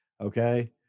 Okay